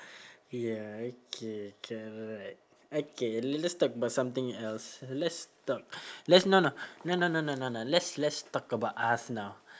ya okay can alright okay le~ let's talk about something else let's talk let's no no no no no no no no let's let's talk about us now